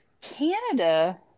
Canada